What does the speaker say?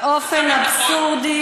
באופן אבסורדי,